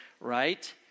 right